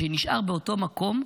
שנשאר באותו מקום,